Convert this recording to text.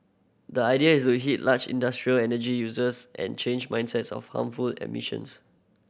the idea is to hit large industrial energy users and change mindsets of harmful emissions